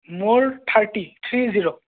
মোৰ thirty three zero